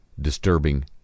disturbing